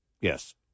Yes